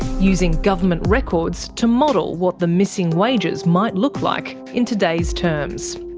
using government records to model what the missing wages might look like in today's terms.